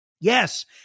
Yes